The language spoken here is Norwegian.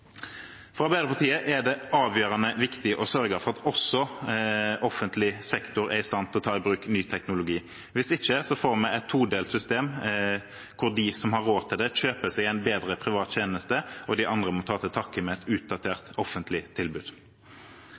For Arbeiderpartiet er det avgjørende viktig å sørge for at også offentlig sektor er i stand til å ta i bruk ny teknologi, hvis ikke får vi et todelt system hvor de som har råd til det, kjøper seg en bedre privat tjeneste, og de andre må ta til takke med et utdatert offentlig tilbud.